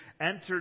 entered